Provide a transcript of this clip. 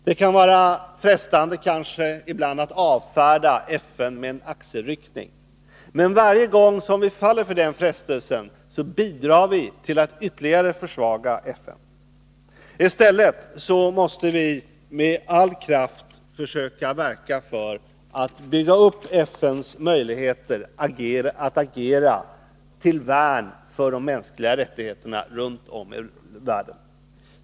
Det kan kanske ibland vara frestande att avfärda FN med en axelryckning, men varje gång som vi faller för den frestelsen bidrar vi till att ytterligare försvaga FN. I stället måste vi med all kraft försöka verka för att bygga upp FN:s möjligheter att agera till värn för de mänskliga rättigheterna runtom i världen.